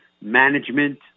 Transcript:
management